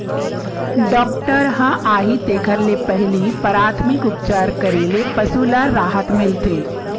doctor ह आही तेखर ले पहिली पराथमिक उपचार करे ले पशु ल राहत मिलथे